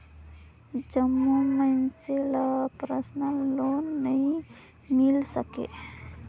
जम्मो मइनसे ल परसनल लोन नी मिल सके